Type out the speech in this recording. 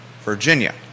Virginia